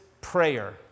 prayer